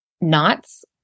Knots